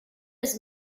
his